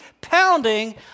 pounding